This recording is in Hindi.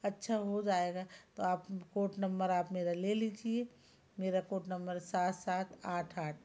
अच्छा हो जाएगा आप कोट नम्बर आप मेरा लीजिए मेरा कोट नम्बर सात सात आठ आठ